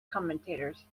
commentators